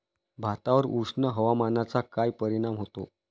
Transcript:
भातावर उष्ण हवामानाचा काय परिणाम होतो?